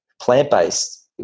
Plant-based